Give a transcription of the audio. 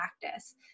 practice